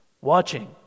Watching